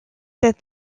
that